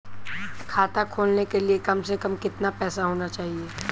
खाता खोलने के लिए कम से कम कितना पैसा होना चाहिए?